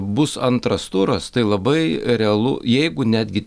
bus antras turas tai labai realu jeigu netgi